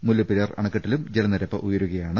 മുല്ലപ്പെരിയാർ അണക്കെട്ടിലും ജലനിരപ്പ് ഉയരു കയാണ്